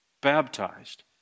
baptized